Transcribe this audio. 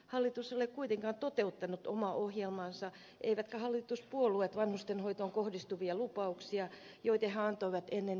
hallitus ei ole kuitenkaan toteuttanut omaa ohjelmaansa eivätkä hallituspuolueet vanhustenhoitoon kohdistuvia lupauksia joita he antoivat ennen eduskuntavaaleja